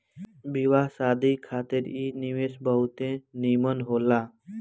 बियाह शादी खातिर इ निवेश बहुते निमन होला